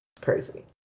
crazy